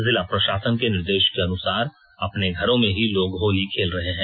जिला प्रशासन के निर्देश के अनुसार अपने घरों में ही लोग होली खेल रहे हैं